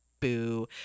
Boo